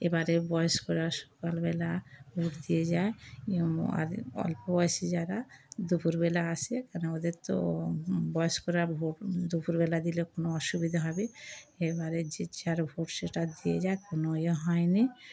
এবারে বয়স্করা সকালবেলা ভোট দিয়ে যায় আর অল্পবয়সী যারা দুপুরবেলা আসে কেন ওদের তো বয়স্করা ভোট দুপুরবেলা দিলে কোনো অসুবিধে হবে এবারে যে যার ভোট সেটা দিয়ে যায় কোনো ইয়ে হয়নি